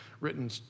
written